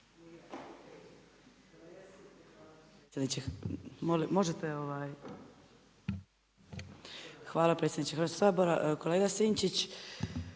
Hvala predsjedniče Hrvatskoga sabora. Kolega Sinčić,